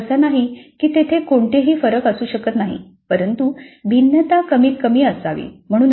याचा अर्थ असा नाही की तेथे कोणतेही फरक असू शकत नाहीत परंतु भिन्नता कमीतकमी असावी